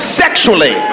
sexually